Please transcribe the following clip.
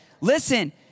listen